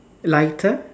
lighter